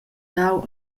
dau